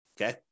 okay